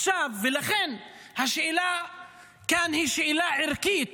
ולכן השאלה כאן היא שאלה ערכית